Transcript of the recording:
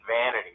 vanity